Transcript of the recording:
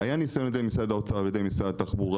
היה ניסיון על ידי משרד האוצר ועל ידי משרד התחבורה